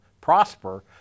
prosper